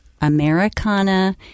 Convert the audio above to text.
Americana